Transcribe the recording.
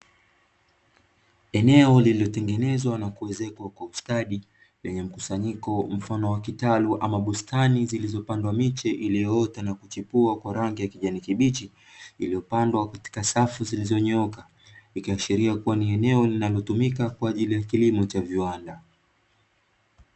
Eneo lililotengenezwa na kuezekwa kwa ustadi lenye mkusanyiko mfano wa kitalu ama bustani zilizopandwa miche iliyoota na kuchipua kwa rangi ya kijani kibichi, iliyopandwa katika safi zilizonyooka. Ikiashiria kuwa ni eneo linalotumika kwa ajili ya kilimo cha viwanda.